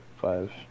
five